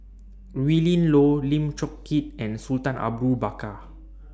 Willin Low Lim Chong Keat and Sultan Abu Bakar